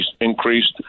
increased